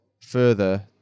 further